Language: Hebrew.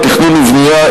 תכנון ובנייה,